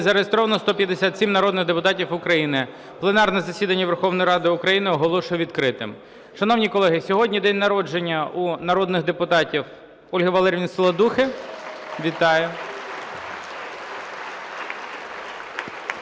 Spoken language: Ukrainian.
зареєстровано 157 народних депутатів України. Пленарне засідання Верховної Ради України оголошую відкритим. Шановні колеги, сьогодні день народження у народних депутатів Ольги Валеріївни Саладухи, вітаю!